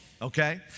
Okay